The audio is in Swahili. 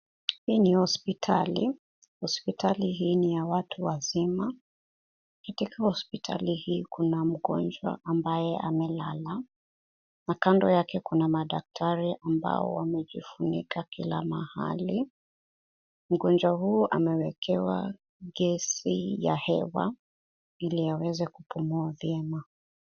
Hii ni hospitali. Hospitali hii ni ya watu wazima. Katika hospitali hii kuna mgonjwa ambaye amelala na kando yake kuna madaktari ambao wamejifunika kila mahali. Mgonjwa huyu amewekewa gesi ya hewa ili aweze kupumua vyema.